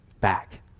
back